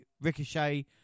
Ricochet